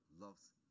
loves